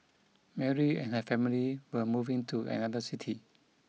Mary and her family were moving to another city